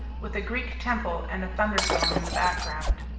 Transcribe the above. with a greek temple and a thunderstorm in the background.